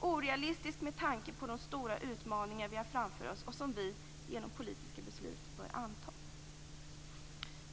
Den är orealistisk med tanke på de stora utmaningar vi har framför oss och som vi genom politiska beslut bör anta.